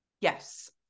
Yes